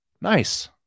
Nice